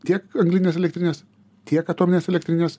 tiek anglines elektrines tiek atomines elektrines